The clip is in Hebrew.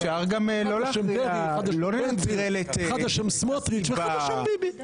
אחד על שם סמוטריץ' ואחד על שם ביבי,